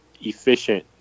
efficient